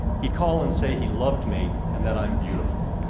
he'd call and say he loved me and that i'm beautiful,